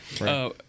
Right